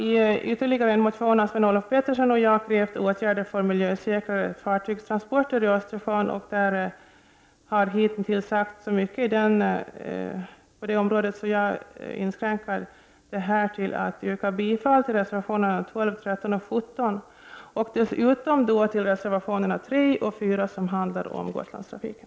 I ytterligare en motion har Sven-Olof Petersson och jag krävt åtgärder för miljösäkrare fartygstransporter i Östersjön. Det har hitintills sagts så mycket om detta att jag inskränker mig till att yrka bifall till reservationerna 12, 13 och 17 och dessutom till reservationerna 3 och 4 som handlar om Gotlandstrafiken.